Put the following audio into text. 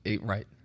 Right